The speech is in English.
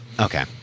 Okay